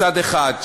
מצד אחד,